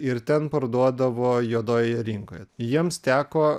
ir ten parduodavo juodojoje rinkoje jiems teko